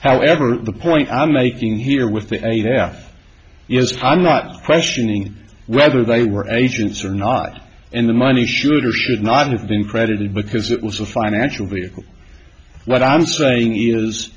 however the point i'm making here within a half years i'm not questioning whether they were agents or not and the money should or should not have been credited because it was a financial vehicle what i'm saying is